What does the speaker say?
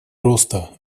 роста